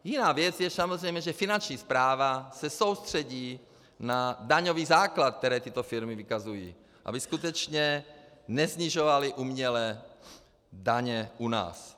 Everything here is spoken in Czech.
Jiná věc je samozřejmě, že Finanční správa se soustředí na daňový základ, který tyto firmy vykazují, aby skutečně nesnižovaly uměle daně u nás.